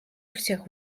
всех